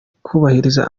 kubahiriza